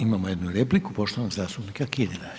Imamo jednu repliku poštovanog zastupnika Kirina.